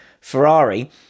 Ferrari